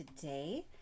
today